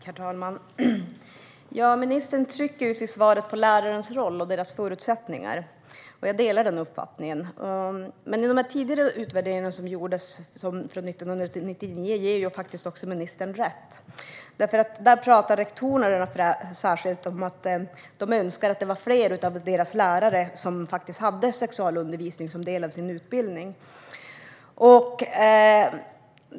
Herr talman! Ministern trycker på lärarnas roll och deras förutsättningar, och jag delar den uppfattningen. Utvärderingen som gjordes 1999 ger faktiskt ministern rätt. Där talade nämligen särskilt rektorerna om att de önskade att fler av deras lärare hade sexualundervisning som en del av sin utbildning.